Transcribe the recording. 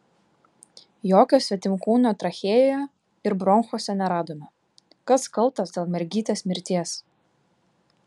jokio svetimkūnio trachėjoje ir bronchuose neradome kas kaltas dėl mergytės mirties